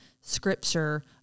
Scripture